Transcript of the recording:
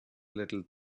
little